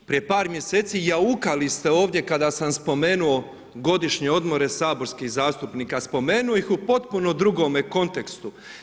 Prije par mjeseci jaukali ste ovdje kada sam spomenuo godišnje odmore saborskih zastupnika spomenuo ih u potpuno drugome kontekstu.